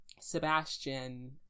Sebastian